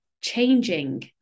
changing